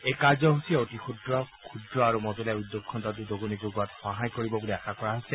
এই কাৰ্যসূচীয়ে অতি ক্ষুদ্ৰ ক্ষুদ্ৰ আৰু মজলীয়া উদ্যোগ খণ্ডত উদগণি যোগোৱাত সহায় কৰিব বুলি আশা কৰা হৈছে